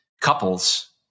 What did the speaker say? couples